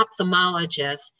ophthalmologist